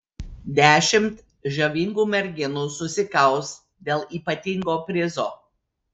dešimt žavingų merginų susikaus dėl ypatingo prizo